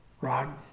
Rod